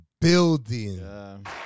building